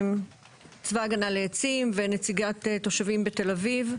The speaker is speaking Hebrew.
צבא ההגנה לעצים ונציגת תושבים בתל אביב.